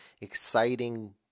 exciting